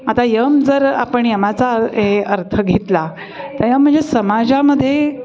आता यम जर आपण यमाचा अर् हे अर्थ घेतला तर यम म्हणजे समाजामध्ये